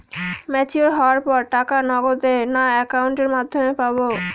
Mature হওয়ার পর টাকা নগদে না অ্যাকাউন্টের মাধ্যমে পাবো?